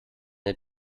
der